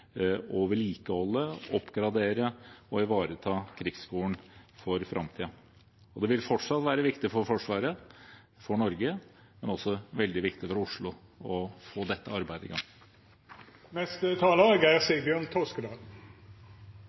å støtte opp under å vedlikeholde, oppgradere og ivareta krigsskolen for framtiden. Det vil fortsatt være viktig for Forsvaret, for Norge, men også veldig viktig for Oslo å få dette arbeidet i